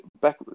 back